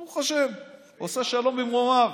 ברוך השם, "עושה שלום במרומיו"